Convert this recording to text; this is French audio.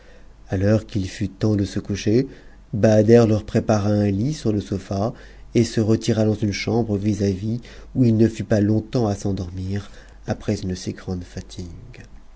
l'heure qu'il fut temps de se coucher bahader leur prépara un lit sur le sofa et se retira dans une chambre vis-à-vis où il fut pas longtemps à s'endormir après une si grande